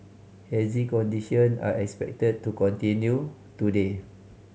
hazy condition are expected to continue today